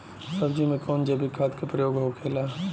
सब्जी में कवन जैविक खाद का प्रयोग होखेला?